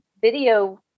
video